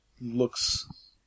looks